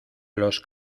los